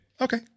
Okay